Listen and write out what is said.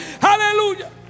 Hallelujah